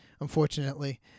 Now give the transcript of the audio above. Unfortunately